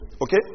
Okay